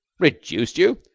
reduced you!